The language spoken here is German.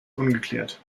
ungeklärt